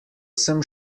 sem